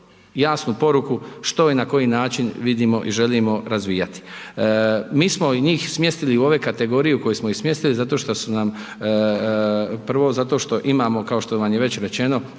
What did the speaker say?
jasnu poruku što i na koji način vidimo i želimo razvijati. Mi smo njih smjestili u ove kategorije u koje smo ih smjestili zato što su nam, prvo zato što imamo, kao što vam je već rečeno,